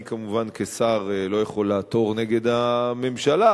כמובן, אני כשר לא יכול לעתור נגד הממשלה,